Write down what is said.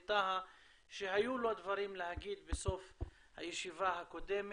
טאהא שהיו לו דברים להגיד בסוף הישיבה הקודמת,